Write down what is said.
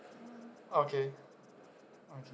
okay